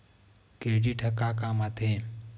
Credit ह का काम आथे?